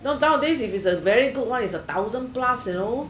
nowadays if it is a very good one it is a thousand plus you know